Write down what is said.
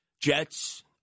Jets